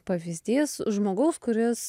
pavyzdys žmogaus kuris